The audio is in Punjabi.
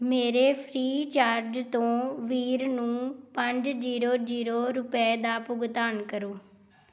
ਮੇਰੇ ਫ੍ਰੀ ਚਾਰਜ ਤੋਂ ਵੀਰ ਨੂੰ ਪੰਜ ਜੀਰੋ ਜੀਰੋ ਰੁਪਏ ਦਾ ਭੁਗਤਾਨ ਕਰੋ